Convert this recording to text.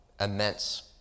immense